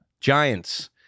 Giants